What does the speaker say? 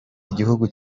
igihugu